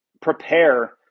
prepare